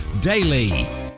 Daily